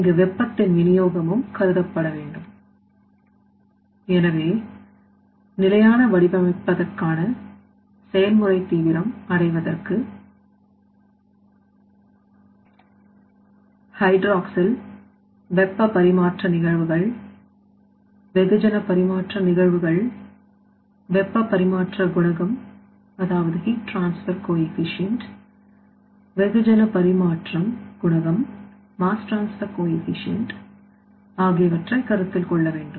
இங்கு வெப்பத்தின் விநியோகமும் கருதப்படவேண்டும் எனவே நிலையான வடிவமைப்பதற்கான செயல்முறை தீவிரம் அடைவதற்கு ஹைட்ராக்ஸில் வெப்ப பரிமாற்ற நிகழ்வுகள் வெகுஜன பரிமாற்ற நிகழ்வுகள் வெப்ப பரிமாற்ற குணகம்heat transfer coefficient வெகுஜன பரிமாற்றம்குணகம் ஆகியவற்றை கருத்தில் கொள்ள வேண்டும்